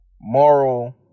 moral